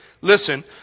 Listen